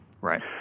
Right